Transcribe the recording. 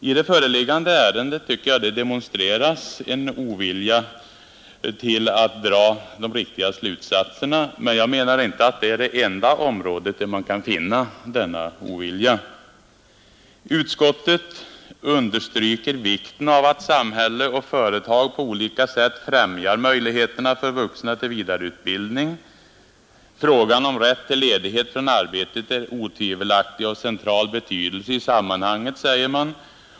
I det föreliggande ärendet tycker jag det demonstreras en ovilja att dra de riktiga slutsatserna, men jag menar inte att detta är det enda område där man kan finna sådan ovilja. Utskottet understryker vikten av att ”samhället och företag på olika sätt främjar möjligheterna för vuxna till vidareutbildning”. ”Frågan om rätt till ledighet från arbetet är otvivelaktigt av central betydelse i sammanhanget”, säger man.